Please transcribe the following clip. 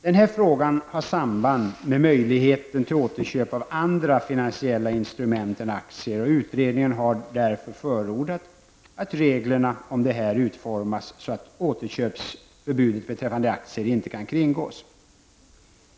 Den här frågan har samband med möjligheten till återköp av andra finansiella instrument än aktier, och utredningen har därför förordat att reglerna om detta utformas så, att återköpsförbudet beträffande aktier inte kan kringgås.